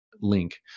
link